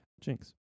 Jinx